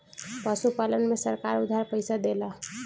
पशुपालन में सरकार उधार पइसा देला?